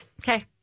Okay